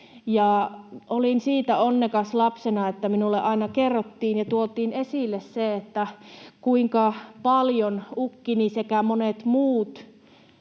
Olin siitä onnekas lapsena, että minulle aina kerrottiin ja tuotiin esille se, kuinka paljon ukkini sekä monet muut